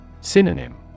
Synonym